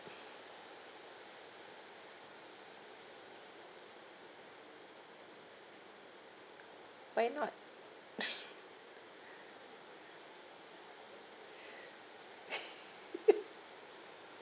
why not